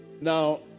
Now